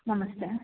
ನಮಸ್ತೆ